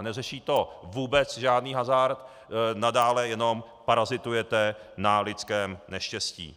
Neřeší to vůbec žádný hazard, nadále jenom parazitujete na lidském neštěstí.